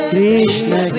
Krishna